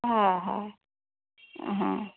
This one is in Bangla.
হ্যাঁ হ্যাঁ হ্যাঁ হ্যাঁ